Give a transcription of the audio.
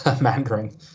Mandarin